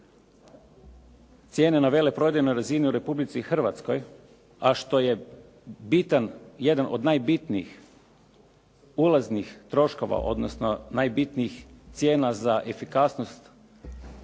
cijene na veleprodajnoj razini u Republici Hrvatskoj, a što je bitan, jedan od najbitnijih ulaznih troškova, odnosno najbitnijih cijena za efikasnost,